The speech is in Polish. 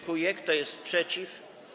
Kto jest przeciw?